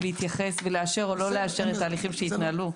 להתייחס ולאשר או לא לאשר את ההליכים שהתנהלו.